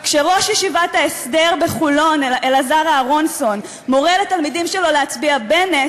כשראש ישיבת ההסדר בחולון אלעזר אהרנסון מורה לתלמידים שלו להצביע בנט,